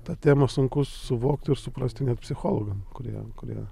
tą temą sunku suvokti ir suprasti net psichologam kurie kurie